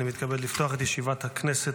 אני מתכבד לפתוח את ישיבת הכנסת.